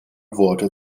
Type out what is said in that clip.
worte